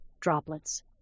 droplets